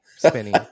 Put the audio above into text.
spinning